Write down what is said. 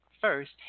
first